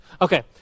Okay